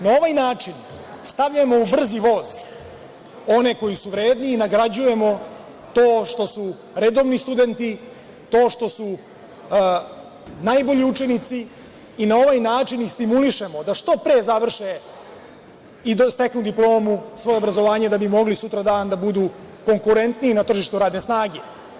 Na ovaj način stavljamo u brzi voz one koji su vredni i nagrađujemo to što su redovni studenti, to što su najbolji učenici i na ovaj način ih stimulišemo da što pre završe svoje obrazovanje i da steknu diplomu, da bi mogli sutradan da budu konkurentniji na tržištu radne snage.